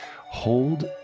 hold